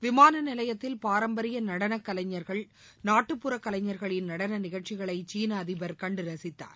விமான நிலையத்தில் பாரம்பரிய நடன கலைஞர்கள் நாட்டுப்புற கலைஞர்களின் நடன நிகழ்ச்சிகளை சீள அதிபர் கண்டு ரசித்தார்